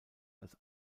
als